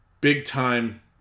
big-time